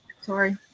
sorry